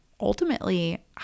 ultimately